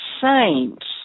saints